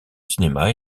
cinéma